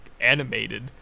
animated